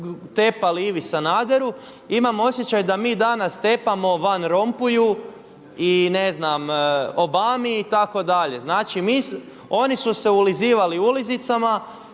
tepali Ivi Sanaderu. Imam osjećaj da mi danas tepamo Van Rompuyu i ne znam Obami itd. Znači oni su se ulizivali ulizicama,